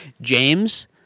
James